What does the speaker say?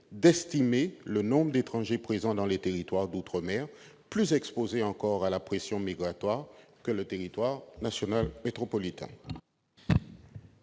à estimer le nombre d'étrangers présents dans les territoires d'outre-mer, plus exposés encore à la pression migratoire que le territoire national métropolitain.